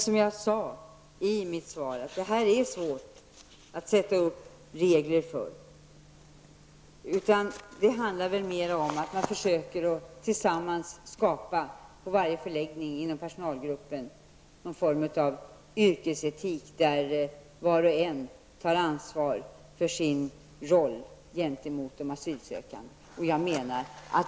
Som jag sade i mitt svar är det emellertid svårt att utforma regler för detta. Det handlar mer om att personalen på varje förläggning försöker tillsammans skapa någon form av yrkesetik, där var och en tar ansvar för sin roll gentemot de asylsökande.